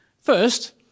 First